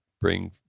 bring